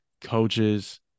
coaches